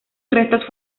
restos